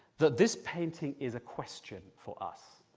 that this painting is a question for us,